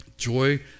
joy